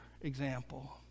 example